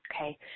Okay